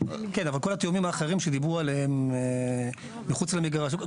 אבל כל התיאומים האחרים שדיברו עליהם מחוץ למגרש.